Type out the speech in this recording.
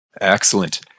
Excellent